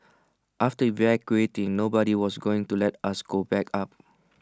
after evacuating nobody was going to let us go back up